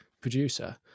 producer